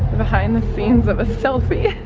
behind the scenes of a selfie.